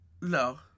No